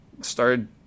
started